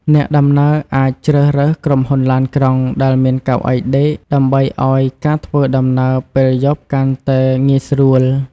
អ្នកដំណើរអាចជ្រើសរើសក្រុមហ៊ុនឡានក្រុងដែលមានកៅអីដេកដើម្បីឱ្យការធ្វើដំណើរពេលយប់កាន់តែងាយស្រួល។